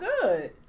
good